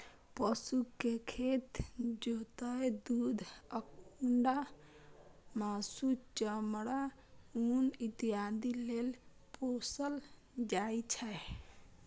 पशु कें खेत जोतय, दूध, अंडा, मासु, चमड़ा, ऊन इत्यादि लेल पोसल जाइ छै